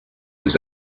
was